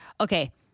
okay